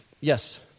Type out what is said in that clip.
Yes